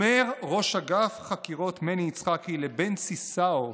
אומר ראש אגף חקירות מני יצחקי לבנצי סאו,